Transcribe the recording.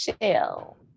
shell